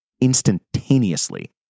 instantaneously